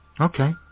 okay